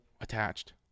Attached